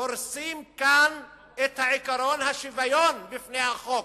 הורסים כאן את עקרון השוויון בפני החוק.